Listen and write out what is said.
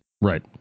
Right